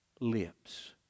lips